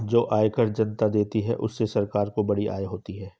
जो आयकर जनता देती है उससे सरकार को बड़ी आय होती है